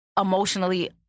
emotionally